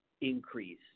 increase